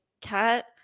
cat